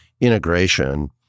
integration